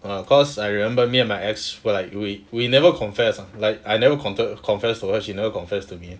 err cause I remember me and my ex right we we never confess ah like I never confess confess to her she never confessed to me